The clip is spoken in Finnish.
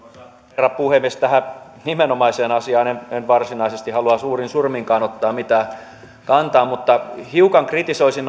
herra puhemies tähän nimenomaiseen asiaan en en varsinaisesti halua suurin surminkaan ottaa mitään kantaa mutta hiukan kritisoisin